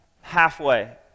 halfway